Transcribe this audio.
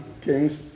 kings